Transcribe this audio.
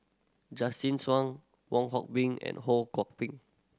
Justin Zhuang Wong Hock Bean and Ho Kwon Ping